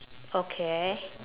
okay